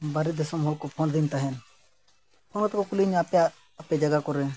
ᱵᱟᱦᱨᱮ ᱫᱤᱥᱚᱢ ᱦᱚᱲ ᱠᱚ ᱯᱷᱳᱱ ᱟᱫᱤᱧ ᱛᱟᱦᱮᱸᱫ ᱯᱷᱳᱱ ᱠᱟᱛᱮᱫ ᱠᱚ ᱠᱩᱞᱤᱧᱟ ᱟᱯᱮᱭᱟᱜ ᱟᱯᱮ ᱡᱟᱭᱜᱟ ᱠᱚᱨᱮ